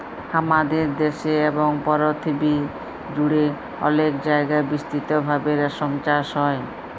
হামাদের দ্যাশে এবং পরথিবী জুড়ে অলেক জায়গায় বিস্তৃত ভাবে রেশম চাস হ্যয়